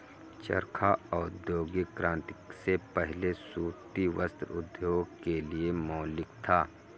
चरखा औद्योगिक क्रांति से पहले सूती वस्त्र उद्योग के लिए मौलिक था